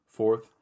Fourth